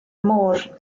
môr